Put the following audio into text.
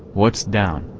what's down,